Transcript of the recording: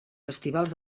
festivals